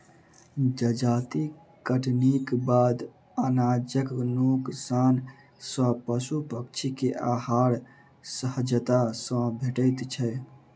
जजाति कटनीक बाद अनाजक नोकसान सॅ पशु पक्षी के आहार सहजता सॅ भेटैत छै